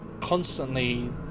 constantly